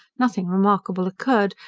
nothing remarkable occurred,